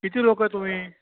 किती लोक आहे तुम्ही